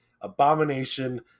abomination